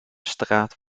straat